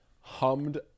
hummed